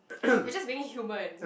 you're just being human